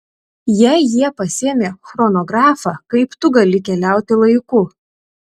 jei jie pasiėmė chronografą kaip tu gali keliauti laiku